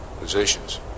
positions